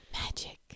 Magic